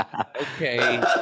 Okay